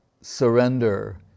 surrender